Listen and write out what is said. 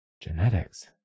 Genetics